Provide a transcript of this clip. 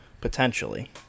potentially